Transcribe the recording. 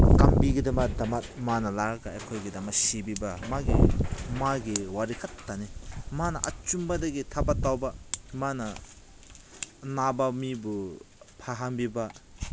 ꯀꯟꯕꯤꯅꯕꯒꯤꯗꯃꯛ ꯃꯥꯅ ꯂꯥꯛꯑꯒ ꯑꯩꯈꯣꯏꯒꯤꯗꯃꯛ ꯁꯤꯕꯤꯕ ꯃꯥꯒꯤ ꯃꯥꯒꯤ ꯋꯥꯔꯤ ꯈꯛꯇꯅꯦ ꯃꯥꯅ ꯑꯆꯨꯝꯕꯗꯒꯤ ꯊꯕꯛ ꯇꯧꯕ ꯃꯥꯅ ꯑꯅꯥꯕ ꯃꯤꯕꯨ ꯐꯍꯟꯕꯤꯕ